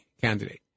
candidate